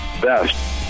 best